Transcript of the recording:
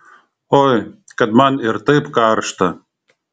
oi kad man ir taip karšta